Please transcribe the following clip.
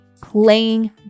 playing